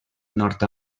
nord